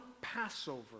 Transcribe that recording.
Passover